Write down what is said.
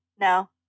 No